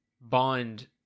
Bond